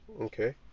okay